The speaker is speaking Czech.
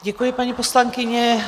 Děkuji, paní poslankyně.